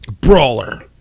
Brawler